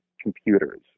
computers